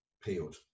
peeled